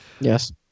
Yes